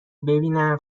ببینن